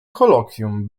kolokwium